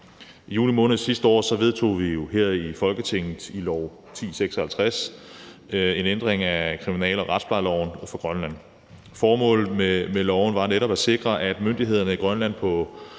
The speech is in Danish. I juni måned sidste år vedtog vi her i Folketinget i lov nr. 1056 en ændring i kriminal- og retsplejeloven for Grønland. Formålet med loven var netop at sikre, at myndighederne i Grønland på